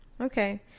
okay